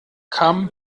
kam